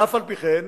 ואף-על-פי-כן